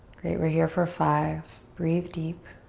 great, we're here for five. breathe deep.